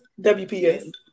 WPS